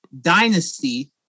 Dynasty